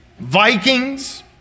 Vikings